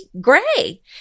gray